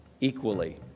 equally